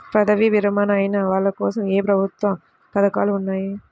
పదవీ విరమణ అయిన వాళ్లకోసం ఏ ప్రభుత్వ పథకాలు ఉన్నాయి?